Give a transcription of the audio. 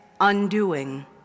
undoing